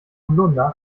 holunder